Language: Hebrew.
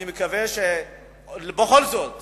אני מקווה שבכל זאת